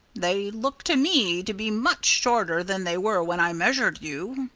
they look to me to be much shorter than they were when i measured you.